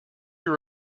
your